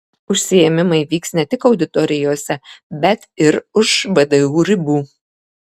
užsiėmimai vyks ne tik auditorijose bet ir už vdu ribų